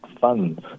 funds